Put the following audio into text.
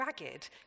ragged